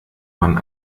man